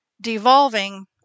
devolving